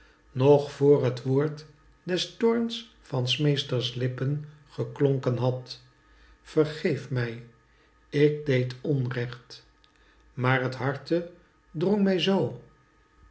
nog voor het woord des toorns van s meesters lippen gcklonken had vergeef mij ik deed onrecht maar t hartc drong mij zoo